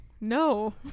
No